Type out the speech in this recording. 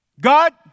God